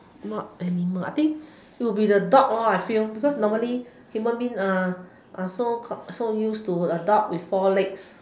what animals I think it will be the dogs I feel because normally human beings are are so so used to dogs with four legs